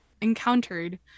encountered